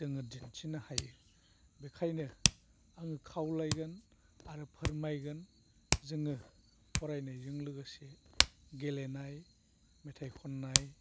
जोङो दिन्थिनो हायो बेनिखायनो आङो खावलायगोन आरो फोरमायगोन जोङो फरायनायजों लोगोसे गेलेनाय मेथाइ खननाय